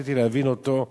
ניסיתי להבין אותו.